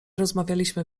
rozmawialiśmy